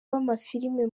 w’amafilime